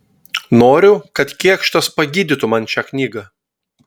noriu kad kėkštas pagydytų man šią knygą